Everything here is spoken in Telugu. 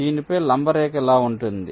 దీనిపై లంబ రేఖ ఇలా ఉంటుంది